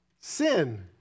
sin